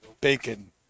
bacon